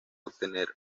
obtener